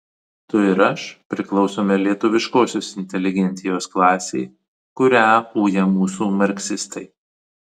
tu ir aš priklausome lietuviškosios inteligentijos klasei kurią uja mūsų marksistai